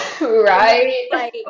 Right